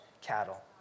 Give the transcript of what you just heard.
cattle